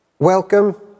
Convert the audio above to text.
Welcome